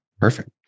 Perfect